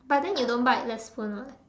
but then you don't bite the spoon [what]